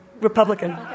Republican